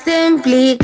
Simply